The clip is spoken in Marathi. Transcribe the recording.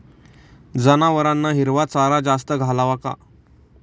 जनावरांना हिरवा चारा जास्त घालावा का?